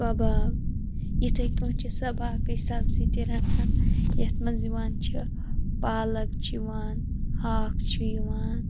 کَباب یِتھَے کٔنۍ چھِ سۄ باقٕے سبزی تہِ یَتھ منٛز یِوان چھِ پالَک چھِ یِوان ہاکھ چھُ یِوان